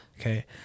Okay